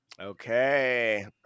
Okay